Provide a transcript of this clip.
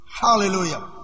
Hallelujah